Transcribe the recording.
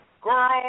Girl